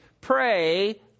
Pray